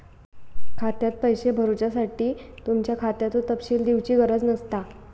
खात्यात पैशे भरुच्यासाठी तुमच्या खात्याचो तपशील दिवची गरज नसता